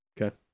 Okay